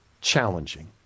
challenging